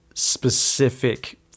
specific